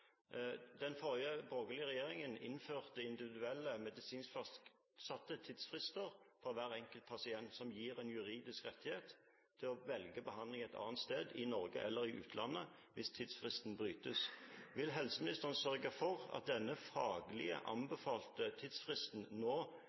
tidsfrister for hver enkelt pasient, som gir en juridisk rettighet til å velge behandling et annet sted i Norge eller i utlandet, hvis tidsfristen brytes. Vil helseministeren sørge for at den faglig anbefalte tidsfristen nå